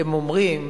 הם אומרים,